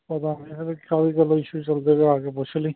ਪਤਾ ਨਹੀਂ ਹਜੇ ਕਾਹਦੀ ਗੱਲ ਦਾ ਇਸ਼ੂ ਚੱਲਦਾ ਪਿਆ ਆ ਕੇ ਪੁੱਛ ਲੀ